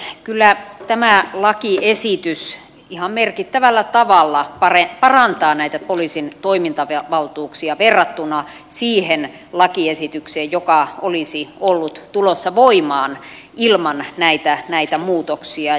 kyllä tämä lakiesitys ihan merkittävällä tavalla parantaa näitä poliisin toimintavaltuuksia verrattuna siihen lakiesitykseen joka olisi ollut tulossa voimaan ilman näitä muutoksia